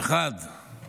שדרות